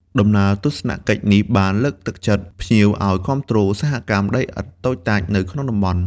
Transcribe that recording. ដំណើរទស្សនកិច្ចនេះបានលើកទឹកចិត្តភ្ញៀវឱ្យគាំទ្រ ឧស្សាហកម្មដីឥដ្ឋ តូចតាចនៅក្នុងតំបន់។